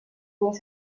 dues